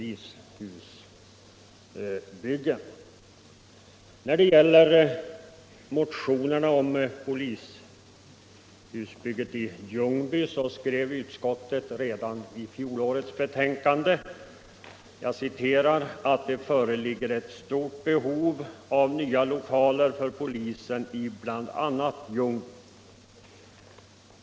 När det gäller motionerna om polishusbygget i Ljungby skrev utskottet redan i fjolårets betänkande ”att det inom såväl Ljungby som Sollentuna polisdistrikt föreligger stort behov av nya lokaler för polisen”.